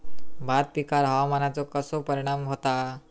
भात पिकांर हवामानाचो कसो परिणाम होता?